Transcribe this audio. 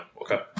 Okay